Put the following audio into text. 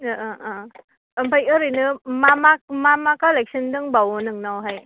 अ अ अ ओमफ्राय ओरैनो मा मा कालेक्स'न दंबावो नोंनावहाय